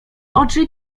oczy